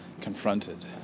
confronted